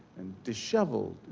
disheveled,